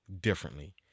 differently